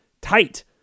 tight